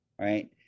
right